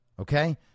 Okay